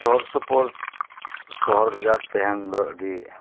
ᱥᱳᱨ ᱥᱩᱯᱩᱨ ᱥᱚᱦᱚᱨ ᱵᱟᱡᱟᱨ ᱛᱟᱦᱮᱸᱱ ᱫᱚ ᱟᱹᱰᱤ